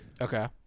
Okay